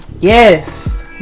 Yes